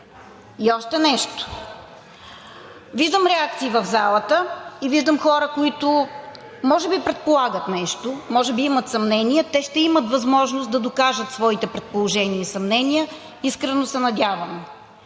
И още нещо. Виждам реакции в залата и виждам хора, които може би предполагат нещо, може би имат съмнение. Те ще имат възможност да докажат своите предположения и съмнения, искрено се надявам.